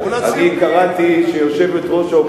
אני קראתי שיושבת-ראש האופוזיציה,